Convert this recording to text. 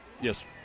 Yes